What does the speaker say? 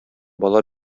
бала